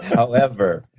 however,